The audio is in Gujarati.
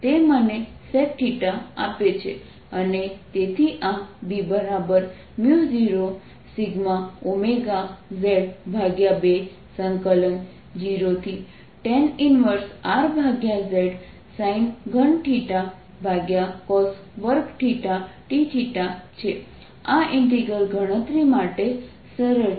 તે મને sec આપે છે અને તેથી આ B0σωz2 0tan 1Rz sin3 cos2 dθ છે આ ઇન્ટિગ્રલ ગણતરી માટે સરળ છે